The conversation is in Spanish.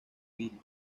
billy